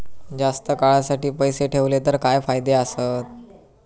जास्त काळासाठी पैसे ठेवले तर काय फायदे आसत?